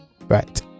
right